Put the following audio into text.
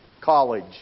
college